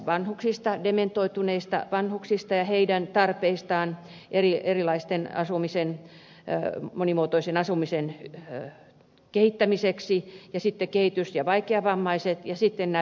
kysymystä dementoituneista vanhuksista ja heidän tarpeistaan monimuotoisen asumisen kehittämiseksi sitten kehitys ja vaikeavammaisia ja sitten pitkäaikaisasunnottomia